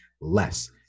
less